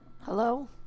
hello